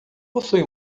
possui